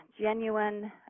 genuine